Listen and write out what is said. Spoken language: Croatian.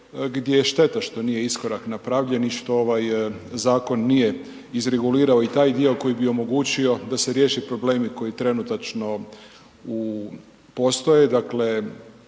gdje je šteta što nije iskorak napravljen i što ovaj zakon nije izregulirao i taj dio koji bi omogućio da se riješe problemi koje trenutačno postoje.